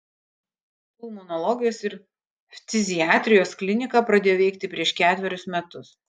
pulmonologijos ir ftiziatrijos klinika pradėjo veikti prieš ketverius metus